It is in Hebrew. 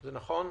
זה נכון?